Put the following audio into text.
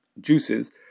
juices